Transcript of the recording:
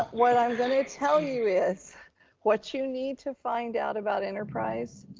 what i'm gonna tell you is what you need to find out about enterprise,